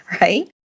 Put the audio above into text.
right